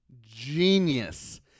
genius